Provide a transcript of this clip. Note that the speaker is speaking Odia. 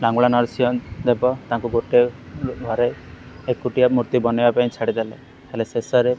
ଲାଙ୍ଗୁଳା ନରସିଂହ ଦେବ ତାଙ୍କୁ ଗୋଟିଏ ଘରେ ଏକୁଟିଆ ମୂର୍ତ୍ତି ବନେଇବା ପାଇଁ ଛାଡ଼ିଦେଲେ ତାହେଲେ ଶେଷରେ